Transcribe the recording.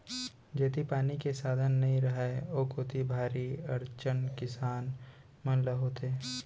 जेती पानी के साधन नइ रहय ओ कोती भारी अड़चन किसान मन ल होथे